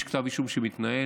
יש כתב אישום שמתנהל,